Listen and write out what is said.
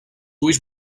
ulls